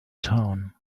town